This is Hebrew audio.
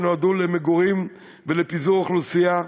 שנועדו למגורים ולפיזור אוכלוסייה,